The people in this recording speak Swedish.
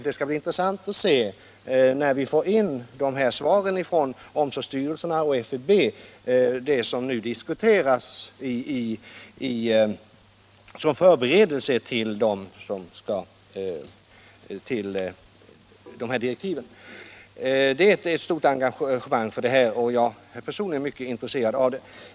Det skall bli intressant att se, när vi får in svaren från omsorgsstyrelserna och FUB, vilka synpunkter man har på utformningen av direktiven. Det finns ett stort engagemang för detta, och jag är personligen mycket intresserad av det.